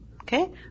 Okay